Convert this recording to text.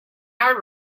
our